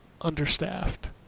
understaffed